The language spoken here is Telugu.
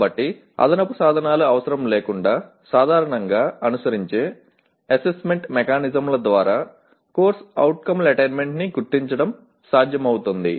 కాబట్టి అదనపు సాధనాలు అవసరం లేకుండా సాధారణంగా అనుసరించే అసెస్మెంట్ మెకానిజమ్ల ద్వారా CO అటైన్మెంట్ ని గుర్తించడం సాధ్యమవుతుంది